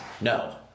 No